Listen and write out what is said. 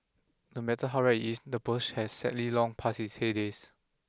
no matter how rare it is the Porsche has sadly long passed its heydays